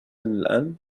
الآن